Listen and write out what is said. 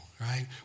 right